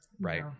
Right